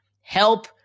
Help